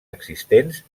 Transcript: existents